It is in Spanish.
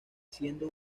siendo